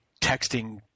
texting